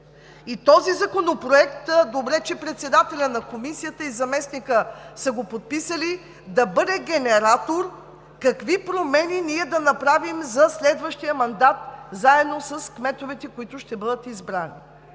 Този законопроект – добре, че председателят на Комисията и заместникът са го подписали, да бъде генератор какви промени ние да направим за следващия мандат заедно с кметовете, които ще бъдат избрани.